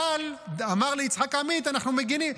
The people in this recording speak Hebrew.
אבל אמר ליצחק עמית: אנחנו מגינים,